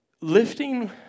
lifting